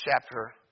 chapter